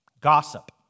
Gossip